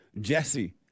Jesse